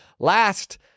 Last